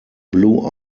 blue